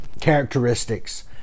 characteristics